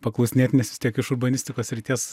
paklausinėt nes vis tiek iš urbanistikos srities